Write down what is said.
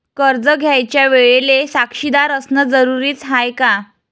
कर्ज घ्यायच्या वेळेले साक्षीदार असनं जरुरीच हाय का?